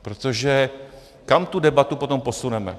Protože kam tu debatu potom posuneme?